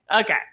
okay